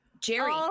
jerry